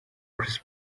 chris